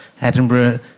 Edinburgh